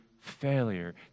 failure